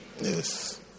Yes